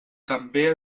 també